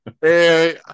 Hey